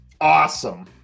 Awesome